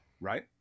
Right